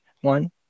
one